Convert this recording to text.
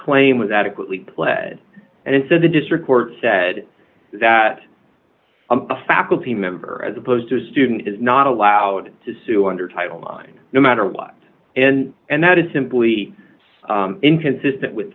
claim was adequately pled and so the district court said that a faculty member as opposed to a student is not allowed to sue under title line no matter what and and that is simply inconsistent with